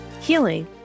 healing